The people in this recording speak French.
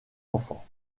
enfants